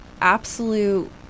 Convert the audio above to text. absolute